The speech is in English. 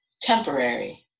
Temporary